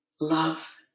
love